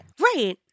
Right